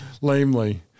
lamely